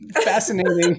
fascinating